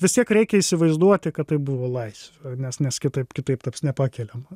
vis tiek reikia įsivaizduoti kad tai buvo laisvė nes nes kitaip kitaip taps nepakeliama